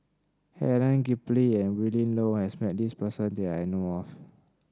Helen Gilbey and Willin Low has met this person that I know of